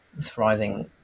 thriving